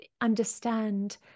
understand